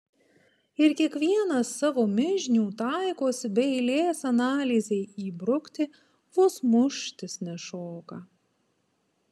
ir kiekvienas savo mižnių taikosi be eilės analizei įbrukti vos muštis nešoka